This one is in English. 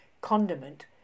condiment